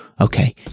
Okay